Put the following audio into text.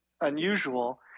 unusual